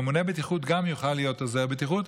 ממונה בטיחות גם יוכל להיות עוזר בטיחות,